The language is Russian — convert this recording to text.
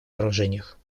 вооружениях